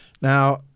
Now